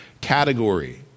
category